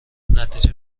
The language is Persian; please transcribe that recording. نتیجه